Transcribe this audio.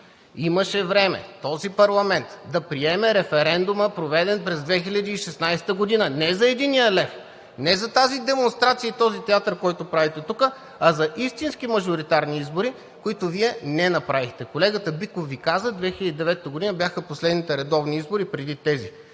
Имаше време този парламент да приеме референдума, проведен през 2016 г. Не за единия лев, не за тази демонстрация и театъра, който правите тук, а за истински мажоритарни избори, които Вие не направихте. Колегата Биков Ви каза: 2009 г. бяха последните редовни избори преди тези.